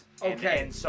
Okay